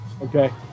Okay